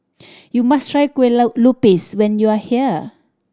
you must try kue lupis when you are here